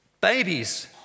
babies